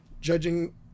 judging